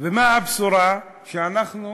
מה הבשורה שאנחנו